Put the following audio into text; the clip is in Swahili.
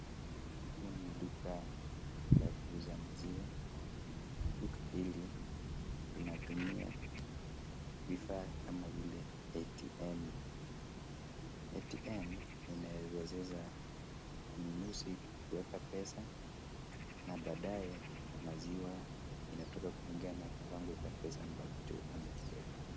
Huku ni duka la kuuza maziwa. Duka hili linatumia vifaa kama vile ATM. ATM inamuezesha mnunuzi kueka pesa na badaye maziwa inatoka kulingana na pesa ambacho amekiweka.